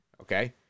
Okay